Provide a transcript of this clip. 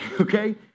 okay